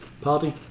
Party